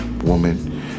woman